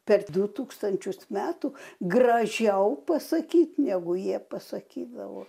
per du tūkstančius metų gražiau pasakyt negu jie pasakydavo